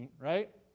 right